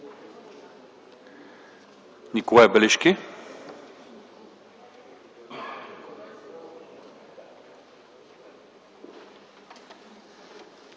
Никола Белишки.